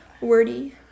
wordy